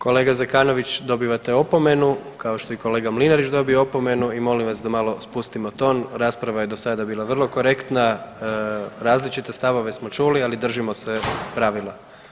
Kolega Zekanović dobivate opomenu kao što je i kolega Mlinarić dobio opomenu i molim vas da malo spustimo ton, rasprava je do sada bila vrlo korektna, različite stavove smo čuli, ali držimo se pravila.